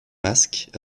masques